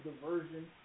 diversion